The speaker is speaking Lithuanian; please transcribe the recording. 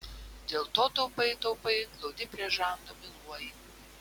dėl to taupai taupai glaudi prie žando myluoji